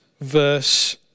verse